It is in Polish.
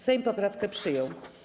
Sejm poprawkę przyjął.